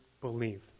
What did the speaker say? believe